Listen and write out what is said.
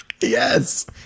Yes